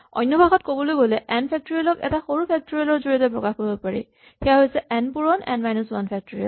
অন্যভাষাত ক'বলৈ গ'লে n factorial ক এটা সৰু ফেক্টৰিয়েল ৰ জৰিয়তে প্ৰকাশ কৰিব পাৰি সেয়া হৈছে এন পূৰণ এন মাইনাচ ৱান ফেক্টৰিয়েল